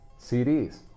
CDs